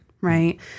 right